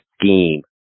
scheme